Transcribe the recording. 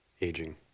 aging